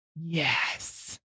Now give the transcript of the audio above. Yes